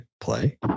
Play